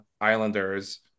Islanders